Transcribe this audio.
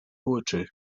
poetry